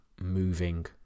moving